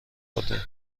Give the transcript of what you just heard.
آوردین